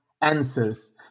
answers